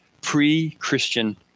pre-Christian